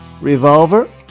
revolver